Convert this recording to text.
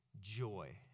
Joy